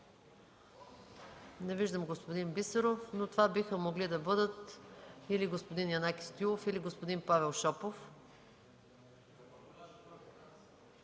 Не виждам господин Бисеров, но това биха могли да бъдат или господин Янаки Стоилов, или господин Павел Шопов,